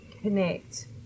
connect